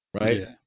right